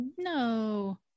No